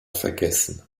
vergessen